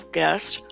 guest